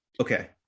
Okay